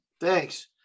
Thanks